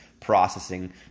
processing